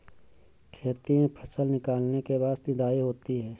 खेती में फसल निकलने के बाद निदाई होती हैं?